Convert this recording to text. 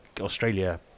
Australia